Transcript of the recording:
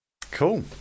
Cool